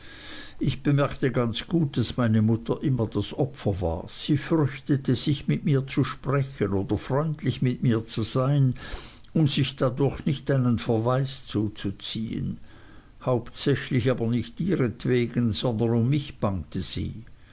ich bemerkte ganz gut daß meine mutter immer das opfer war sie fürchtete sich mit mir zu sprechen oder freundlich mit mir zu sein um sich dadurch nicht einen verweis zuzuziehen hauptsächlich aber nicht ihretwegen sondern um mich bangte ihr